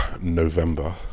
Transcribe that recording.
November